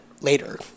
later